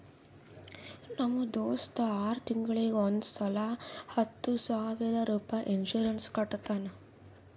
ನಮ್ ದೋಸ್ತ ಆರ್ ತಿಂಗೂಳಿಗ್ ಒಂದ್ ಸಲಾ ಹತ್ತ ಸಾವಿರ ರುಪಾಯಿ ಇನ್ಸೂರೆನ್ಸ್ ಕಟ್ಟತಾನ